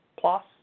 plus